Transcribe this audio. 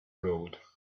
road